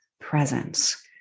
presence